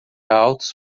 altos